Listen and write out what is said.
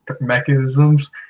mechanisms